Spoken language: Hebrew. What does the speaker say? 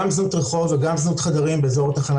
גם זנות רחוב וגם זנות חדרים באזור התחנה